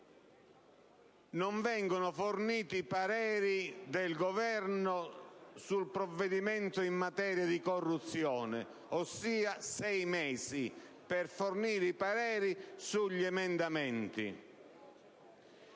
non vengono forniti pareri del Governo sul provvedimento in materia di corruzione (ossia sei mesi per fornire pareri su emendamenti).